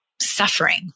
suffering